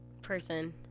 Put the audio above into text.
person